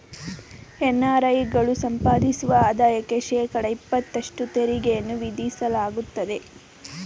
NRI ಗಳು ಸಂಪಾದಿಸುವ ಆದಾಯಕ್ಕೆ ಶೇಕಡ ಇಪತ್ತಷ್ಟು ತೆರಿಗೆಯನ್ನು ವಿಧಿಸಲಾಗುತ್ತದೆ